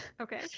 Okay